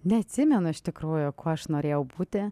neatsimenu iš tikrųjų kuo aš norėjau būti